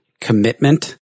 commitment